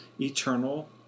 eternal